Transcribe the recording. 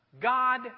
God